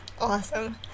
awesome